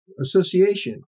association